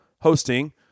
hosting